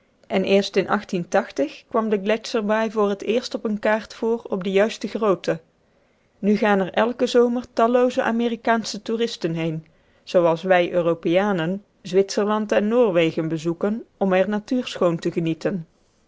en eerst in kwam de gletscherbaai voor het eerst op eene kaart voor op de juiste grootte nu gaan er elken zomer tallooze amerikaansche toeristen heen zooals wij europeanen zwitserland en noorwegen bezoeken om er natuurschoon te genieten